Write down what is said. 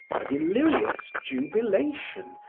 a delirious jubilation,